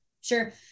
Sure